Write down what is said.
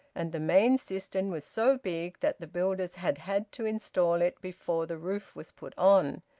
and the main cistern was so big that the builders had had to install it before the roof was put on,